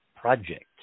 Project